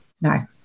no